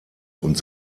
und